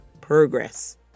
progress